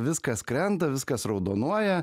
viskas krenta viskas raudonuoja